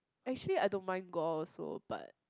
actually I don't mind gore also but